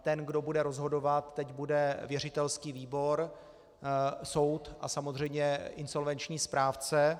Ten, kdo bude rozhodovat, teď bude věřitelský výbor, soud a samozřejmě insolvenční správce.